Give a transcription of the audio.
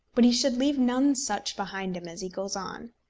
but he should leave none such behind him as he goes on.